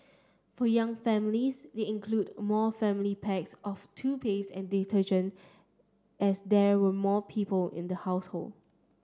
for young families they included more family packs of toothpaste and detergent as there were more people in the household